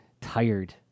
tired